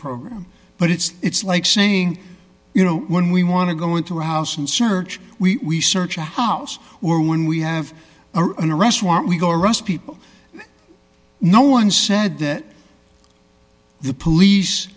program but it's like saying you know when we want to go into a house and search we search a house or when we have a restaurant we go arrest people no one said that the police